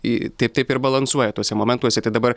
į taip taip ir balansuoja tuose momentuose tai dabar